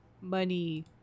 money